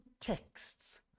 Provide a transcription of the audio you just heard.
texts